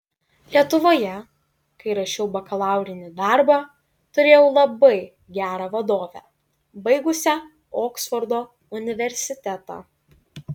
lietuvoje kai rašiau bakalaurinį darbą turėjau labai gerą vadovę baigusią oksfordo universitetą